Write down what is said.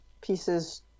pieces